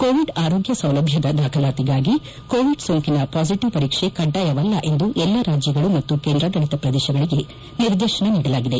Covid ಆರೋಗ್ಯ ಸೌಲಭ್ಯದ ದಾಖಲಾತಿಗಾಗಿ ಕೋವಿಡ್ ಸೋಂಕಿನ ಪಾಸಿಟವ್ ಪರೀಕ್ಷೆ ಕಡ್ಡಾಯವಲ್ಲ ಎಂದು ಎಲ್ಲಾ ರಾಜ್ಯಗಳು ಮತ್ತು ಕೇಂದ್ರಾಡಳತ ಪ್ರದೇಶಗಳಿಗೆ ನಿರ್ದೇಶನ ನೀಡಲಾಗಿದೆ